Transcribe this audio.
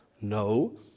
No